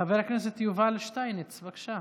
חבר הכנסת יובל שטייניץ, בבקשה.